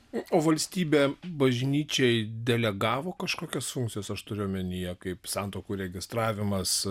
o valstybė bažnyčiai delegavo kažkokios funkcijos aš turiu omenyje kaip santuokų registravimas